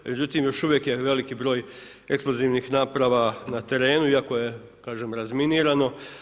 Međutim još uvijek je veliki broj eksplozivnih naprava na terenu, iako je kažem razminirano.